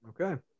Okay